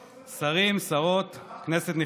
שרים, שרות, כנסת נכבדה,